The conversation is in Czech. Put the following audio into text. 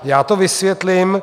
Já to vysvětlím.